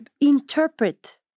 interpret